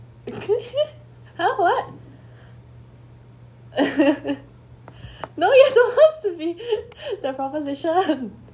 !huh! what no you're supposed to be the proposition